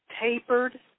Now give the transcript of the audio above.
tapered